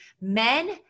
men